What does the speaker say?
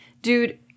Dude